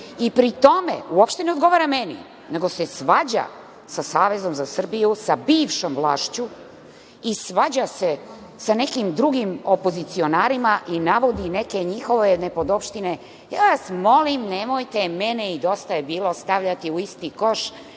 Pri tome, uopšte ne odgovara meni, nego se svađa sa Savezom za Srbiju, sa bivšom vlašću i svađa se sa nekim drugim opozicionarima i navodi neke njihove nepodopštine. Molim vas, nemojte mene i „Dosta je bilo“ stavljati u isti koš